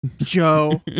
Joe